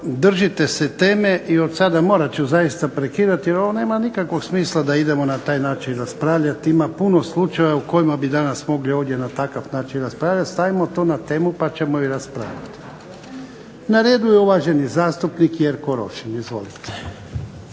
držite se teme, i od sada morat ću zaista prekidati jer ovo nema nikakvog smisla da idemo na taj način raspravljati. Ima puno slučajeva u kojima bi danas mogli ovdje na takav način raspravljati. Stavimo na to na temu, pa ćemo ju raspravljati. Na redu je uvaženi zastupnik Jerko Rošin. Izvolite.